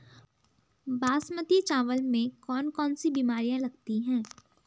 बासमती चावल में कौन कौन सी बीमारियां लगती हैं?